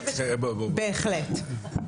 בהחלט.